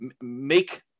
make